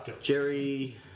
Jerry